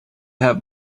have